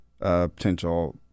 potential